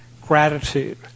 gratitude